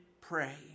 pray